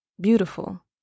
beautiful